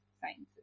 Sciences